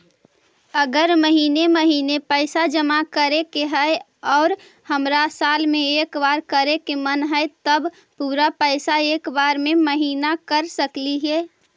अगर महिने महिने पैसा जमा करे के है और हमरा साल में एक बार करे के मन हैं तब पुरा पैसा एक बार में महिना कर सकली हे?